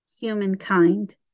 humankind